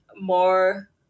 more